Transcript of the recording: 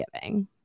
giving